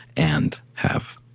and have